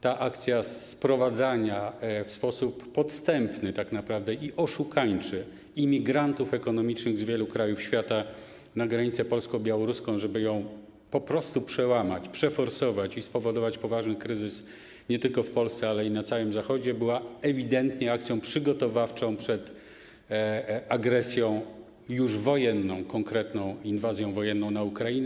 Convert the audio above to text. Ta akcja sprowadzania w sposób podstępny tak naprawdę i oszukańczy imigrantów ekonomicznych z wielu krajów świata na granicę polsko-białoruską, żeby ją przełamać, przeforsować i spowodować poważny kryzys nie tylko w Polsce, ale i na całym Zachodzie, była ewidentnie akcją przygotowawczą przed agresją już wojenną, konkretną inwazją wojenną na Ukrainę.